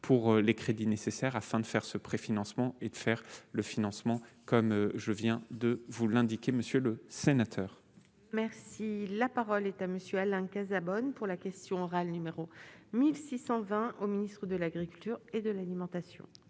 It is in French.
Pour les crédits nécessaires afin de faire ce préfinancement et de faire le financement, comme je viens de vous l'indiquer, Monsieur le Sénateur. Merci, la parole est à monsieur Alain Cazabonne pour la question orale numéro 1620 au Ministre de l'Agriculture et de l'alimentation.